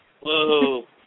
Whoa